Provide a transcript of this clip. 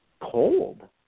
cold